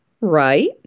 right